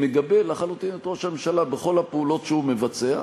מגבה לחלוטין את ראש הממשלה בכל הפעולות שהוא מבצע.